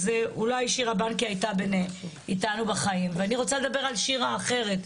אז אולי שירה בנקי הייתה איתנו בין החיים' ואני רוצה לדבר על שירה אחרת,